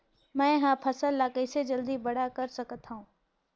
मैं ह फल ला कइसे जल्दी बड़ा कर सकत हव?